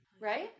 right